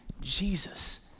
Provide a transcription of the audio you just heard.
Jesus